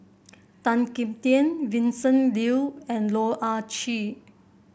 Tan Kim Tian Vincent Leow and Loh Ah Chee